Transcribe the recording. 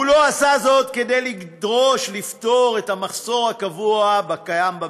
הוא לא עשה זאת כדי לדרוש לפתור את המחסור הקבוע במיטות